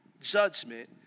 judgment